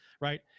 right